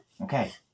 Okay